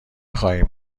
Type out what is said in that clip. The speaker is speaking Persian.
خواهیم